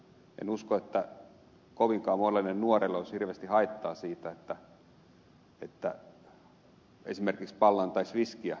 en usko että kovinkaan monelle nuorelle olisi hirveästi haittaa siitä että esimerkiksi ballantines viskiä mainostettaisiin